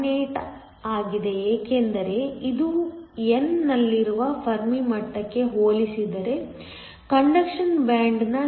18 ಆಗಿದೆ ಏಕೆಂದರೆ ಇದು n ನಲ್ಲಿರುವ ಫೆರ್ಮಿ ಮಟ್ಟಕ್ಕೆ ಹೋಲಿಸಿದರೆ ಕಂಡಕ್ಷನ್ ಬ್ಯಾಂಡ್ ನ 0